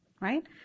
Right